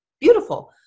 beautiful